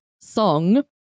song